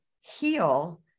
heal